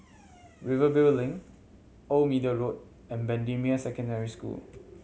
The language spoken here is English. Rivervale Link Old Middle Road and Bendemeer Secondary School